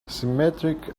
symmetric